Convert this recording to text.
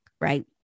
right